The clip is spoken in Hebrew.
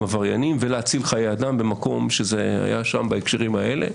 עבריינים ולהציל חיי אדם במקום שזה היה שם בהקשרים האלה,